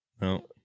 No